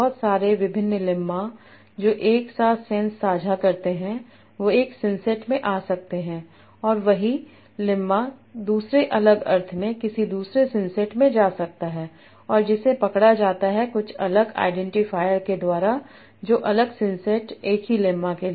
बहुत सारे विभिन्न लेम्मा जो एक सा सेंस साझा करते हैं वो एक सिंसेट में आ सकते हैंऔर वही लेम्मा दूसरे अलग अर्थ में किसी दूसरे सिंसेट में जा सकता है और जिसे पकड़ा जाता है कुछ अलग आईडेंटिफायर के द्वारा दो अलग सिंसेट एक ही लेम्मा के